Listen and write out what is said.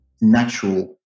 natural